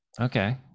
Okay